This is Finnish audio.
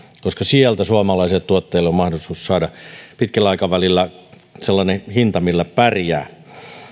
koska sieltä suomalaisille tuotteille on mahdollisuus saada pitkällä aikavälillä sellainen hinta millä pärjää